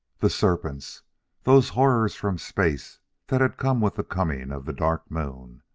the serpents those horrors from space that had come with the coming of the dark moon!